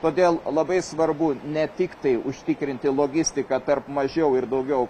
todėl labai svarbu ne tik tai užtikrinti logistiką tarp mažiau ir daugiau